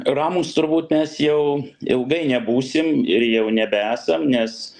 ramūs turbūt mes jau ilgai nebūsim ir jau nebesam nes